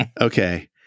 Okay